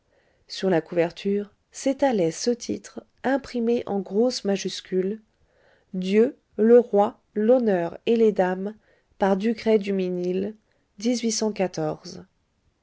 sur la couverture s'étalait ce titre imprimé en grosses majuscules dieu le roi l'honneur et les dames par ducray duminil